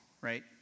right